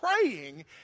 praying